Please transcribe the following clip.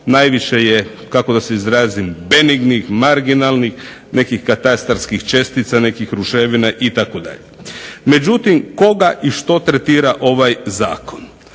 Najviše je kako da se izrazim benignih, marginalnih nekih katastarskih čestica, nekih ruševina itd. Međutim, koga i što tretira ovaj Zakon?